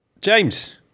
James